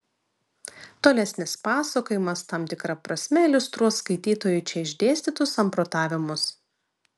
tolesnis pasakojimas tam tikra prasme iliustruos skaitytojui čia išdėstytus samprotavimus